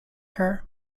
her